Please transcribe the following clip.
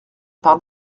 par